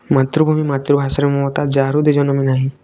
ମାତୃଭୂମି ମାତୃଭାଷାରେ ମମତା ଯା ହୃଦେ ଜନମି ନାହିଁ